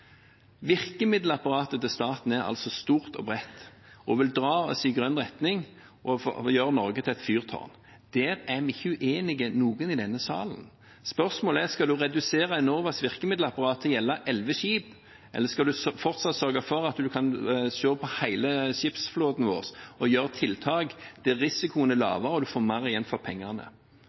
Virkemiddelapparatet til staten er stort og bredt, det vil dra oss i grønn retning og gjøre Norge til et miljøfyrtårn. Det er ikke noen i denne salen uenig i. Spørsmålet er om man skal redusere Enovas virkemiddelapparat til å gjelde elleve skip, eller om man fortsatt skal sørge for at man kan se på hele skipsflåten vår og sette inn tiltak der risikoen er lavere og man får mer igjen for pengene.